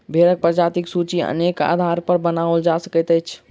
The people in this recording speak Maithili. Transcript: भेंड़क प्रजातिक सूची अनेक आधारपर बनाओल जा सकैत अछि